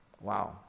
Wow